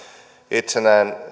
itse